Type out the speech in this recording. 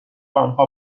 آنها